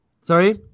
Sorry